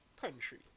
country